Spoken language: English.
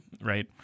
Right